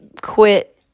quit